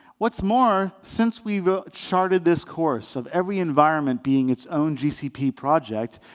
what's more, since we've ah charted this course of every environment being its own gcp project,